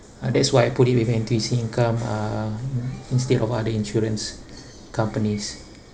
uh that's why I put it with N_T_U_C income uh instead of other insurance companies